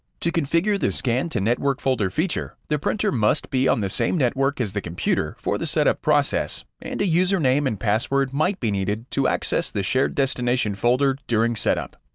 to configure the scan to network folder feature, the printer must be on the same network as the computer for the setup process, and a user name and password might be needed to access the shared destination folder during setup.